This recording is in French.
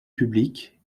publique